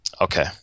Okay